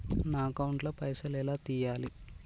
నా అకౌంట్ ల పైసల్ ఎలా తీయాలి?